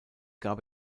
gab